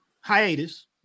hiatus